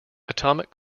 atomic